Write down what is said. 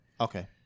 Okay